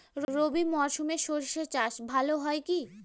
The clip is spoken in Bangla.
রবি মরশুমে সর্ষে চাস ভালো হয় কি?